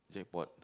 jackpot